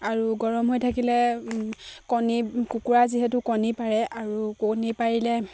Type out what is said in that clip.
আৰু গৰম হৈ থাকিলে কণী কুকুৰা যিহেতু কণী পাৰে আৰু কণী পাৰিলে